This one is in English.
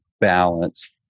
balance